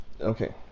Okay